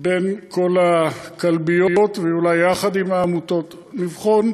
בין כל הכלביות, אולי יחד עם העמותות, נבחן.